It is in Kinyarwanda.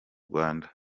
rwanda